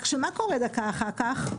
רק שדקה אחר כך כלום,